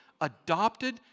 adopted